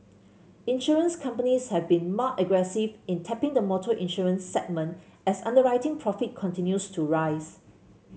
insurance companies have been more aggressive in tapping the motor insurance segment as underwriting profit continues to rise